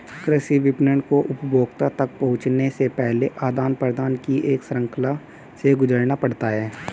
कृषि विपणन को उपभोक्ता तक पहुँचने से पहले आदान प्रदान की एक श्रृंखला से गुजरना पड़ता है